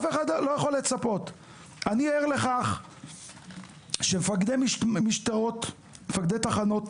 אני ער לכך שמפקדי תחנות